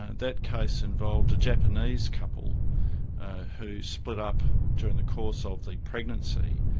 and that case involved a japanese couple who split up during the course of the pregnancy,